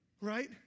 Right